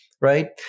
right